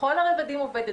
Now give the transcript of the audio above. בכל הרבדים עובדת.